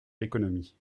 l’économie